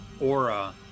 aura